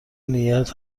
نیت